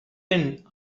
tin